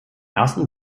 ersten